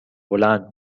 هلند